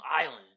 island